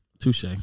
Touche